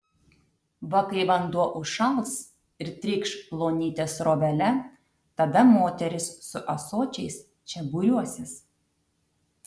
va kai vanduo užšals ir trykš plonyte srovele tada moterys su ąsočiais čia būriuosis